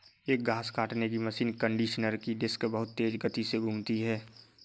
एक घास काटने की मशीन कंडीशनर की डिस्क बहुत तेज गति से घूमती है